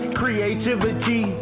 creativity